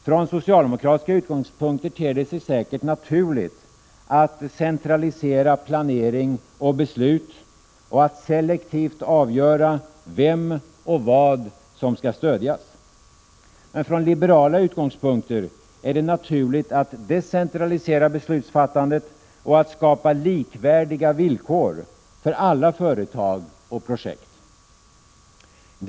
Från socialdemokratiska utgångspunkter ter det sig säkerligen naturligt att centralisera planering och beslut och att selektivt avgöra vem och vad som skall stödjas, men från liberala utgångspunkter är det naturligt att decentralisera beslutsfattandet och skapa likvärdiga villkor för alla företag 73 och projekt.